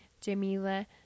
Jamila